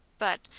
but,